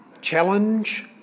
challenge